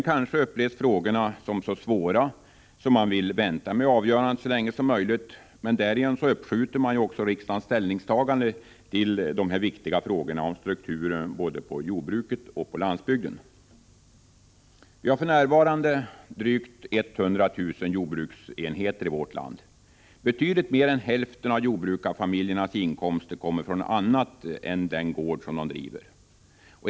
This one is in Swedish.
Kanske upplevs frågorna som så svåra att man vill vänta med avgörandet så länge som möjligt, men därigenom uppskjuter man också riksdagens ställningstagande till denna viktiga fråga om strukturen på både jordbruket och landsbygden. Vi har för närvarande drygt 100 000 jordbruksenheter i vårt land. Betydligt mer än hälften av jordbrukarfamiljernas inkomster kommer från annat än den gård de driver.